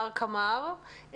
מר קמר,